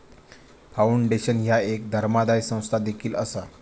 foundation ह्या एक धर्मादाय संस्था देखील असा